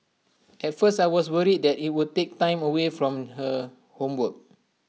at first I was worried that IT would take time away from her homework